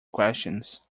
questions